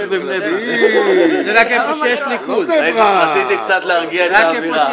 ניסיתי קצת להרגיע את האווירה.